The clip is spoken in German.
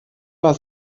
war